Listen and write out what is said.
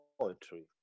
poetry